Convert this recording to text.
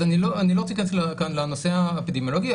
אז אני לא רציתי כאן לנושא האפידמיולוגי,